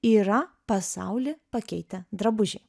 yra pasaulį pakeitę drabužiai